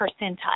percentile